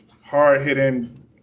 hard-hitting